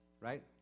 right